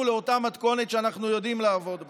לאותה המתכונת שאנחנו יודעים לעבוד בה.